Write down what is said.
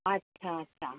अच्छा अच्छा